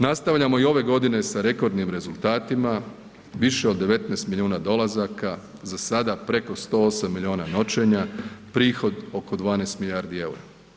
Nastavljamo i ove godine s rekordnim rezultatima, više od 19 milijuna dolazaka za sada preko 108 milijuna noćenja, prihod oko 12 milijardi eura.